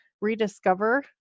rediscover